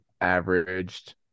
averaged